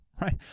right